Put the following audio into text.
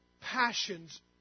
passions